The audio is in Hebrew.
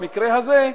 במקרה הזה,